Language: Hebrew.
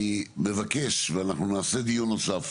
אני מבקש, ואנחנו נעשה דיון נוסף